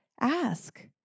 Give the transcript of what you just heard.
Ask